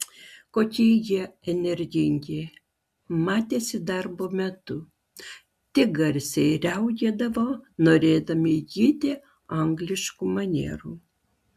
kokie jie energingi matėsi darbo metu tik garsiai riaugėdavo norėdami įgyti angliškų manierų